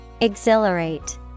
Exhilarate